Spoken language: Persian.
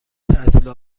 تعطیل